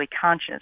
conscious